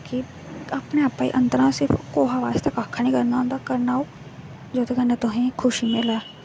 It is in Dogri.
कि अपने आपै अंदर असें कुसै बास्तै कक्ख निं करना करना ओह् जेह्दे कन्नै तुसेंगी खुशी मिलै